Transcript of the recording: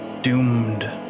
doomed